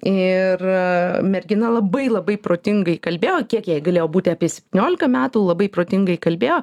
ir mergina labai labai protingai kalbėjo kiek jai galėjo būti apie septyniolika metų labai protingai kalbėjo